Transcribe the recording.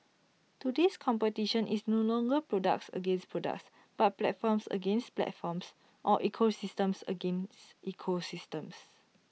today's competition is no longer products against products but platforms against platforms or ecosystems against ecosystems